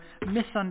misunderstood